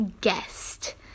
guest